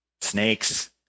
Snakes